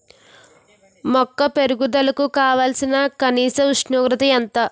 మొక్క పెరుగుదలకు కావాల్సిన కనీస ఉష్ణోగ్రత ఎంత?